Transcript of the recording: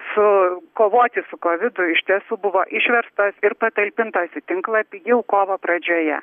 su kovoti su kovidu iš tiesų buvo išverstos ir patalpintos tinklapį jau kovo pradžioje